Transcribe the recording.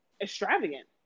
extravagant